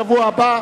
בשבוע הבא,